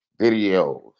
videos